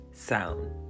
Sound